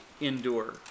endure